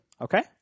Okay